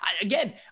again